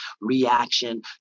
reaction